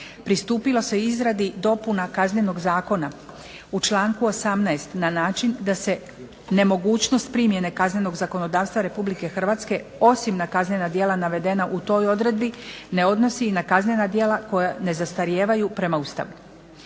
pristupilo se izradi dopuna Kaznenog zakona u članku 18. na način da se nemogućnost primjene kaznenog zakonodavstva Republike Hrvatske osim na kaznena djela navedena u toj odredbi ne odnosi i na kaznena djela koja ne zastarijevaju prema Ustavu.